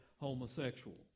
homosexual